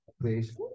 please